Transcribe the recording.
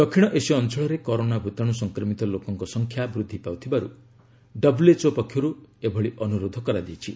ଦକ୍ଷିଣ ଏସୀୟ ଅଞ୍ଚଳରେ କରୋନା ଭୂତାଶୁ ସଂକ୍ରମିତ ଲୋକଙ୍କ ସଂଖ୍ୟା ବୃଦ୍ଧି ପାଉଥିବାରୁ ଡବ୍ଲ୍ୟଏଚ୍ଓ ପକ୍ଷରୁ ଏହି ଅନୁରୋଧ କରାଯାଇଛି